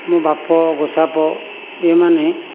ମୋ ବାପ ଗୋସାପ ଏମାନେ